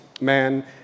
man